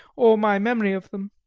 or my memory of them.